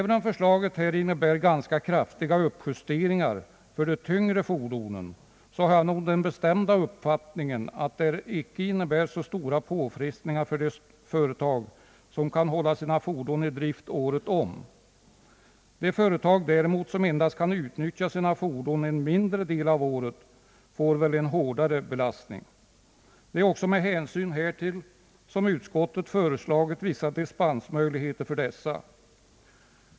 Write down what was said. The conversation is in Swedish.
Även om förslaget innebär ganska kraftiga uppjusteringar för de tyngre fordonen har jag den bestämda uppfattningen att det icke innebär så stora påfrestningar för de företag som kan hålla sina fordon i drift året om. De företag däremot som endast kan utnyttja sina fordon en mindre del av året får en hårdare belastning. Det är också med hänsyn härtill som utskottet har föreslagit vissa dispensmöjligheter för de senare.